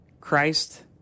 Christ